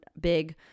big